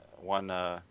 one